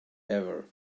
forever